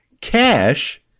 cash